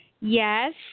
yes